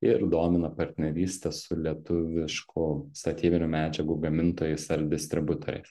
ir domina partnerystė su lietuviškų statybinių medžiagų gamintojais ar distributoriais